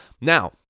Now